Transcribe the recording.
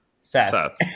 Seth